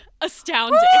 astounding